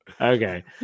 Okay